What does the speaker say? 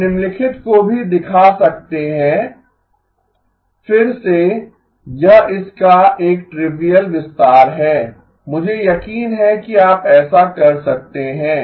हम निम्नलिखित को भी दिखा सकते हैं फिर से यह इसका एक ट्रिविअल विस्तार है मुझे यकीन है कि आप ऐसा कर सकते हैं